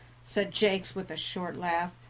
said jakes, with a short laugh,